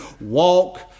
walk